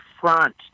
front